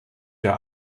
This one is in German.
der